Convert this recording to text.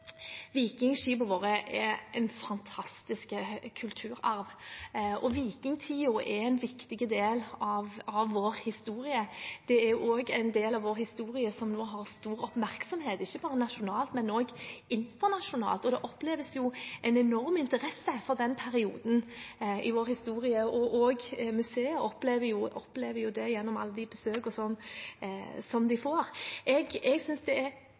er en fantastisk kulturarv, og vikingtiden er en viktig del av vår historie. Det er også en del av vår historie som får stor oppmerksomhet – ikke bare nasjonalt, men også internasjonalt. Man opplever en enorm interesse for den perioden i vår historie, og også museet opplever det gjennom alle besøkene de får. Jeg synes det er utelukkende positivt at så mange engasjerer seg for vår felles arv, at så mange er